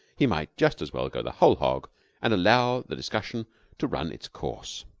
he might just as well go the whole hog and allow the discussion to run its course.